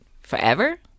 forever